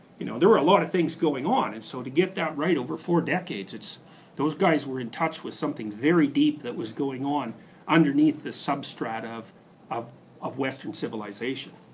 you know there were a lot of things going on. and so to get that right over four decades those guys were in touch with something very deep that was going on underneath the substrata of of western civilization.